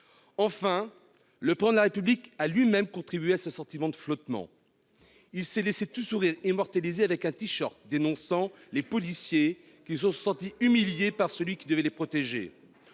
Le Président de la République a lui-même contribué à ce sentiment de flottement. Il s'est laissé immortaliser tout sourire avec un tee-shirt dénonçant les policiers, qui se sont sentis humiliés par celui qui devrait les protéger.